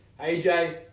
AJ